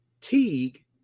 Teague